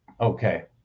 okay